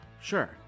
Sure